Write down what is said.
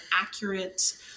accurate